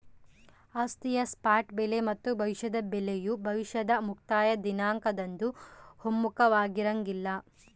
ಆಸ್ತಿಯ ಸ್ಪಾಟ್ ಬೆಲೆ ಮತ್ತು ಭವಿಷ್ಯದ ಬೆಲೆಯು ಭವಿಷ್ಯದ ಮುಕ್ತಾಯ ದಿನಾಂಕದಂದು ಒಮ್ಮುಖವಾಗಿರಂಗಿಲ್ಲ